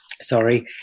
Sorry